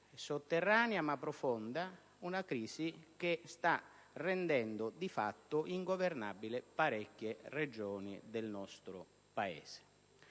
sotterranea ma profonda, che sta rendendo di fatto ingovernabile parecchie Regioni del nostro Paese.